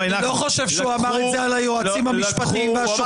חושב שהוא אמר את זה על היועצים המשפטיים והשופטים.